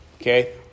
okay